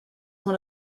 one